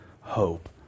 hope